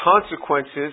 consequences